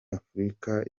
afurika